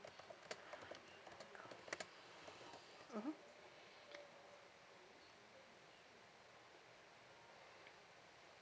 mmhmm